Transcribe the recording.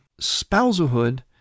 spousalhood